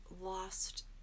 lost